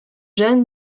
jeune